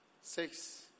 six